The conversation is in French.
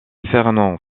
fernand